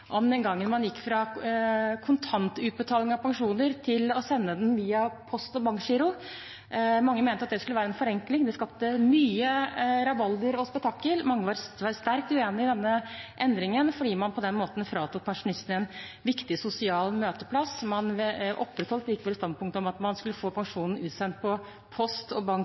om den gangen man gikk fra kontantutbetaling av pensjoner til å sende den via post- og bankgiro. Mange mente at det skulle være en forenkling. Det skapte mye rabalder og spetakkel. Mange var sterkt uenig i denne endringen fordi man på den måten fratok pensjonistene en viktig sosial møteplass. Man opprettholdt likevel standpunktet om at man skulle få pensjonen utsendt på post- og